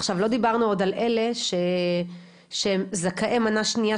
עכשיו לא דיברנו עוד על אלה שהם זכאי מנה שנייה,